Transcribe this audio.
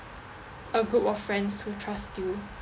a group of friends who trust you